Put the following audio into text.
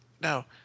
Now—